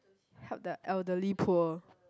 help the elderly poor